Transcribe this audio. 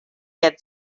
had